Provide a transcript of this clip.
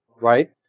right